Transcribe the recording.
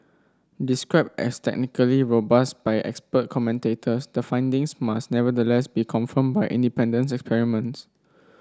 described as technically robust by expert commentators the findings must nevertheless be confirmed by independent experiments